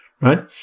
right